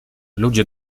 ludzie